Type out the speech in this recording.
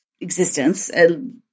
existence